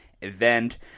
event